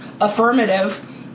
affirmative